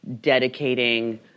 Dedicating